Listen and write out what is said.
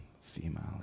female